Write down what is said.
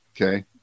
okay